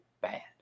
bad